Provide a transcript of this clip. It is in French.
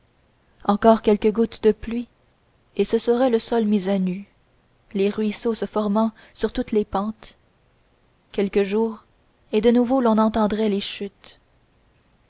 encore quelques heures de pluie et ce serait le sol mis à nu les ruisseaux se formant sur toutes les pentes quelques jours et de nouveau l'on entendrait les chutes